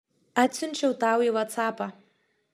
atsiunčiau tau į vatsapą